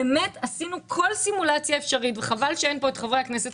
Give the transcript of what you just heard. עשינו כל סימולציה אפשרית וחבל שלא נמצאים כאן חברי הכנסת